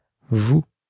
Vous